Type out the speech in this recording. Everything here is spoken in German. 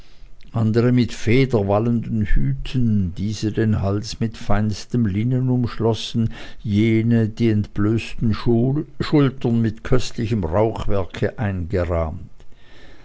andere mit federwallenden hüten diese den hals mit feinstem linnen umschlossen jene die entblößten schultern mit köstlichem rauchwerk eingerahmt